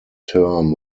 term